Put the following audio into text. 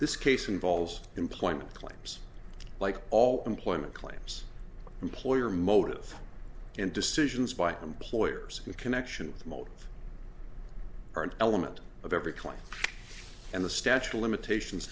this case involves employment claims like all employment claims employer motive and decisions by employers in connection with motive are an element of every claim and the statue of limitations